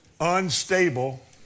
unstable